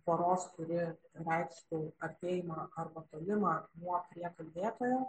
poros kuri reikštų artėjimą arba tolimą nuo prie kalbėtojo